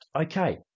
okay